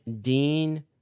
Dean